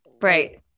Right